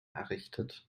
errichtet